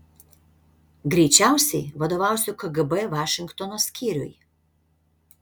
greičiausiai vadovausiu kgb vašingtono skyriui